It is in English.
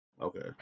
Okay